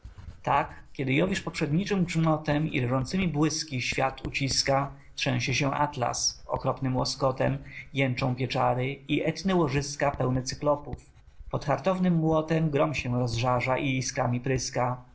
tak kiedy jowisz poprzedniczym grzmotem i rażącemi błyski świat uciska trzęsie się atlas okropnym łoskotem jęczą pieczary i etny łożyska pełne cyklopów pod hartownym młotem grom się rozżarza i iskrami pryska